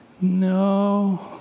no